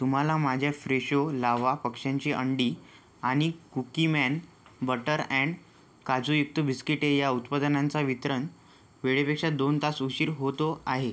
तुम्हाला माझ्या फ्रेशो लावा पक्ष्यांची अंडी आणि कुकीमॅन बटर अँड काजूयुक्त बिस्किटे या उत्पादनांचा वितरण वेळेपेक्षा दोन तास उशीर होतो आहे